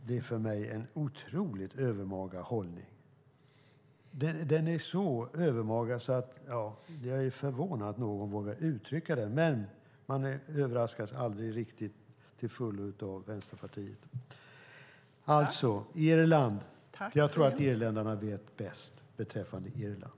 Det är för mig en otroligt övermaga hållning. Den är så övermaga att jag är förvånad att någon vågar uttrycka den, men man överraskas aldrig riktigt till fullo av Vänsterpartiet. Jag tror att irländarna vet bäst beträffande Irland.